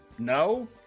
No